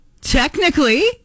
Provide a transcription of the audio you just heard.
technically